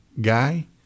guy